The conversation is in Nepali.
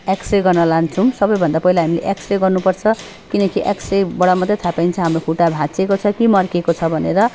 एक्स रे गर्न लान्छौँ सबैभन्दा पहिला हामीले एक्स रे गर्नुपर्छ किनकि एक्स रेबाट मात्रै थाहा पाइन्छ हाम्रो खुट्टा भाँचिएको छ कि मर्किएको छ भनेर